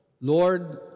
Lord